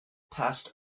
passed